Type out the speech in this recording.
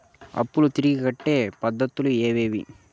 అప్పులు తిరిగి కట్టే పద్ధతులు ఏవేవి